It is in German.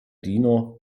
diener